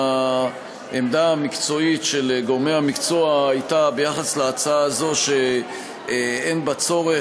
העמדה המקצועית של גורמי המקצוע ביחס להצעה הזאת הייתה שאין בה צורך,